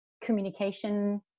communication